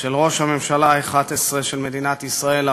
של ראש הממשלה ה-11 של מדינת ישראל,